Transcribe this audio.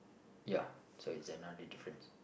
ya so it's another difference